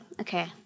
Okay